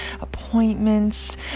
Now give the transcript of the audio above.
appointments